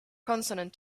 consonant